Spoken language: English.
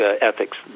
ethics